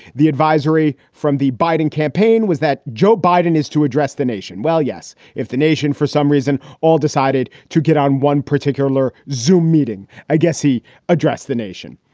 the advisory from the biden campaign was that joe biden is to address the nation. well, yes, if the nation for some reason all decided to get on one particular zoome meeting. i guess he addressed the nation.